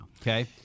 okay